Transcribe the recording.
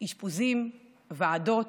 אשפוזים, ועדות